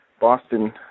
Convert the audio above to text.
Boston